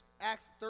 Acts